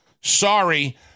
Sorry